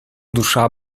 душа